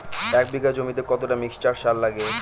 এক বিঘা জমিতে কতটা মিক্সচার সার লাগে?